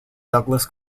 douglas